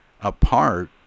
apart